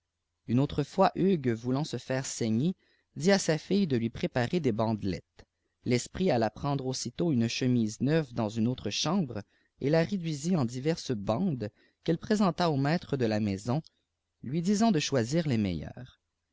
une autre fois hugues voulant se faire soigner dit îi s fih de lui préparer des bandelettes l'esprit alla prendre auitôt une chemise neuve dans une autre chambre et la réduisit pn diverses bandes qu'il présenta au maître de la maison lui disant de choisir les meilleures